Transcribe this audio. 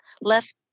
left